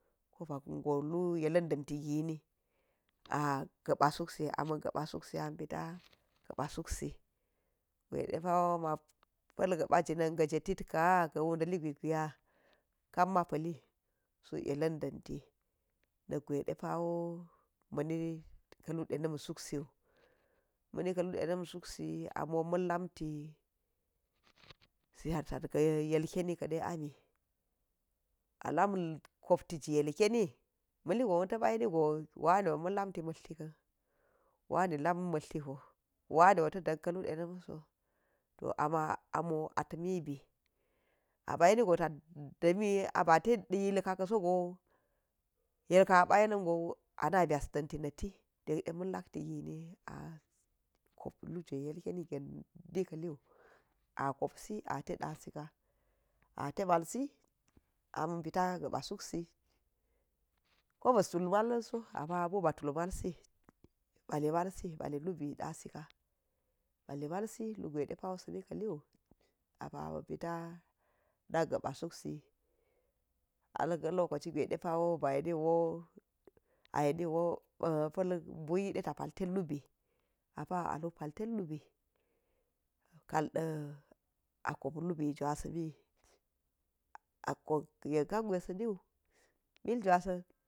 Bago lu yela̱n danti gini, a ga̱pa̱ suksi ama ga̱pa̱ suksi ama̱ peta̱ ga̱pa̱ suksi gwaiɗepa̱wo ma̱ pa̱l ga̱pa̱ jinam ji jetit ka’a, ga̱ wuda̱li gwa̱i gwaya kap ma pa̱li suk yela̱n da̱nti na̱kgwa̱i depawo mani ka̱lu dena̱m suksiu, mani kalu dena̱m suksi amo ma̱n la̱mti ziya̱rta̱r ga̱ yelkeni ke ami, ala̱m la̱t koptiji ilkeni ma̱li gon ta̱pa̱ yenigo wani ma̱n lamti mlarti ka̱n, wani lam mlartiha waniwo ta̱da̱n ka̱lu ɗena̱mso, to amma amo a ta̱mi bi, a pa̱ yenigo ta̱ ɗa̱mi abi'a te ɗa ilka̱ kasogo ilka̱ apa̱ yena̱ngo ana̱ bya̱s danti na̱ti yekde ma̱n lakti gini a kop lujewai yelkeni ga̱na̱n ni ka̱liu akopsi ate dasika̱ ate ma̱lsi ama pita̱ ga̱pa̱ suksi ko bistul ma̱la̱nso, amma amo ba̱tul ma̱lsi, ba̱li ma̱lsi, bali lubi dasika, ba̱li ma̱lsi lugwai ɗepa̱ wa̱i sa̱ni kaliu apa̱ ma̱ pita nak ga̱pa̱ suksi harka̱ lokoci gwaiɗe pawa̱i ba̱ yeniwo, ayeniwo bumi ta̱ pa̱ltet lubi apa̱ aluk pa̱ltet lubi ka̱lɗa akop lubi jwa̱sa̱n miyi aop ayen kangwa̱i saniu miljwa̱sa̱n.